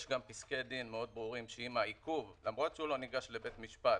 יש גם פסקי דין מאוד ברורים שאם העיכוב למרות שהוא לא ניגש לבית משפט